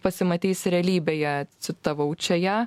pasimatys realybėje citavau čia ją